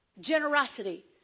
Generosity